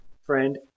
friend